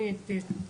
הוא יתייחס.